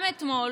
גם אתמול